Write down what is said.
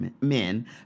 men